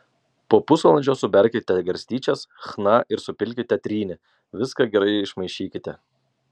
po pusvalandžio suberkite garstyčias chna ir supilkite trynį viską gerai išmaišykite